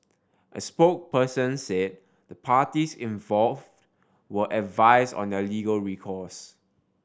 a spokesperson said the parties involve were advise on their legal recourse